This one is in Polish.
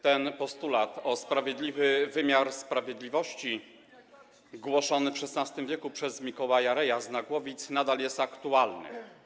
Ten postulat o sprawiedliwy wymiar sprawiedliwości głoszony w XVI w przez Mikołaja Reja z Nagłowic nadal jest aktualny.